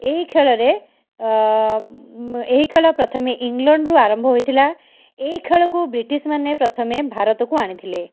ଏହି ଖେଳରେ ଅ ଏହିଖେଳ ପ୍ରଥମେ ଇଂଲଣ୍ଡରୁ ଆରମ୍ଭ ହୋଇଥିଲା ଏହି ଖେଳକୁ ବ୍ରିଟିଶମାନେ ପ୍ରଥମେ ଭାରତକୁ ଆଣିଥିଲେ